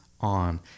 on